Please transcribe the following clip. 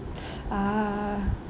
ah